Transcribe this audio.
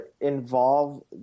involve